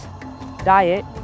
diet